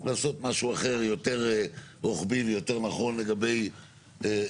לעשות משהו אחר יותר רוחבי ויותר נכון לגבי הפרעות,